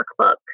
workbook